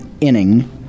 inning